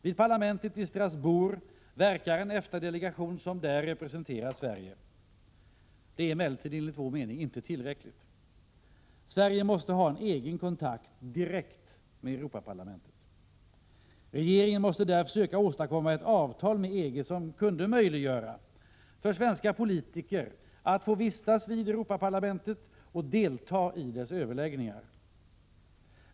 Vid parlamentet i Strasbourg verkar en EFTA-delegation som där representerar Sverige. Det är emellertid inte tillräckligt. Sverige måste ha en egen kontakt direkt med Europaparlamentet. Regeringen måste därför söka åstadkomma ett avtal med EG som kunde möjliggöra för svenska politiker att få vistas vid Europaparlamentet och delta i dess överläggningar.